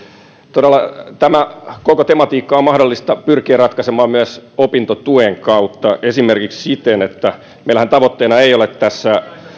tämä koko tematiikka on todella mahdollista pyrkiä ratkaisemaan myös opintotuen kautta esimerkiksi siten että meillähän tavoitteena ei ole tässä